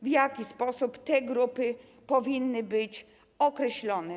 W jaki sposób te grupy powinny być określone?